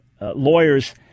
lawyers